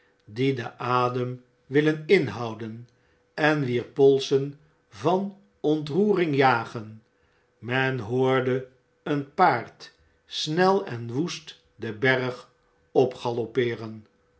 die den adem willen inhouden en wier polsen van ontroering jagen men hoorde een paard snel en woest den berg opgaloppeeren